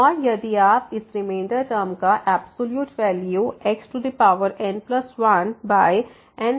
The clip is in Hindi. eθx0θ1 और यदि आप इस रिमेंडर टर्म का एब्सॉल्यूट वैल्यू xn1n1